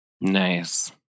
Nice